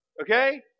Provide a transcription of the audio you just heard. Okay